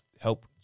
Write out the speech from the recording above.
help